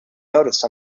noticed